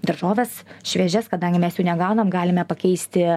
daržoves šviežias kadangi mes jų negaunam galime pakeisti